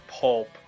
Pulp